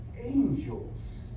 angels